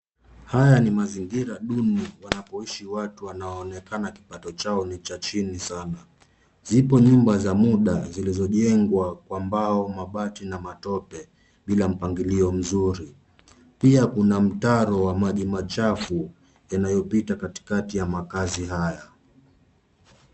Haya ni mazingira duni wanapoishi watu wanaonekana kipato chao ni cha chini sana. Zipo nyumba za muda zilizojengwa kwa mbao, mabati na matope, bila mpangilio mzuri. Pia kuna mtaro wa maji machafu yanayopita katikati ya makazi haya.